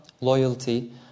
loyalty